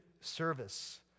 service